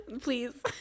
Please